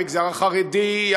המגזר החרדי,